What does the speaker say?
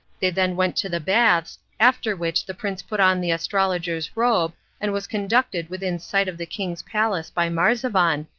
they then went to the baths, after which the prince put on the astrologer's robe and was conducted within sight of the king's palace by marzavan,